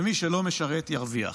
ומי שלא משרת ירוויח.